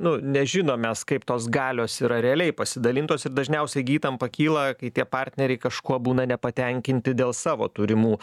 nu nežinom mes kaip tos galios yra realiai pasidalintos ir dažniausiai gi įtampa kyla kai tie partneriai kažkuo būna nepatenkinti dėl savo turimų